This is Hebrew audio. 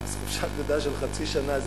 אז חופשת לידה של חצי שנה זה